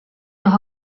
los